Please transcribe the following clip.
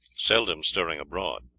seldom stirring abroad.